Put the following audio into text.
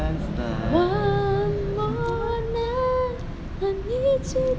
one more night I need you